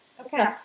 Okay